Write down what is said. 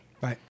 Right